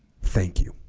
thank you